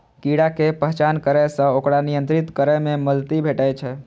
कीड़ा के पहचान करै सं ओकरा नियंत्रित करै मे मदति भेटै छै